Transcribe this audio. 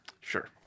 Sure